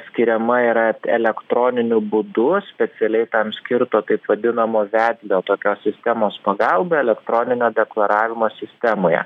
skiriama yra elektroniniu būdu specialiai tam skirto taip vadinamo vedlio tokios sistemos pagalba elektroninio deklaravimo sistemoje